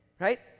Right